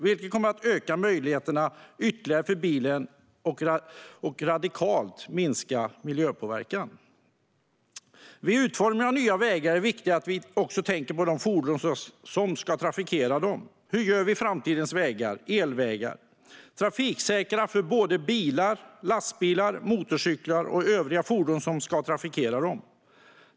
Detta kommer att öka möjligheterna ytterligare för bilen och radikalt minska miljöpåverkan. Vid utformningen av nya vägar är det viktigt att vi också tänker på de fordon som ska trafikera dem. Hur gör vi framtidens vägar och elvägar trafiksäkra för bilar, lastbilar, motorcyklar och övriga fordon som ska trafikera dem?